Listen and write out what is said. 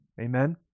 Amen